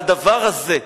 והדבר הזה,